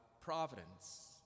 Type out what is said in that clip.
providence